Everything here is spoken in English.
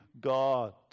God